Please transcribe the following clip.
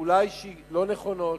אולי לא נכונות,